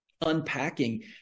unpacking